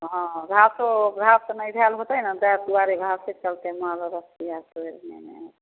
हँ हँ घासो घास नहि भेल होतै नै तें दुआरे घासके चलते माल रस्सी आर तोड़ि देने होइ